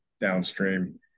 downstream